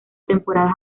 temporadas